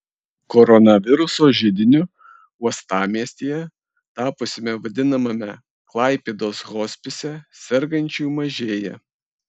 koronaviruso židiniu uostamiestyje tapusiame vadinamame klaipėdos hospise sergančiųjų mažėja